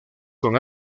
con